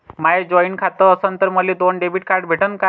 माय joint खातं असन तर मले दोन डेबिट कार्ड भेटन का?